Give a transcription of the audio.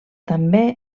també